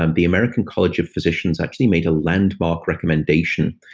and the american college of physicians actually made a landmark recommendation,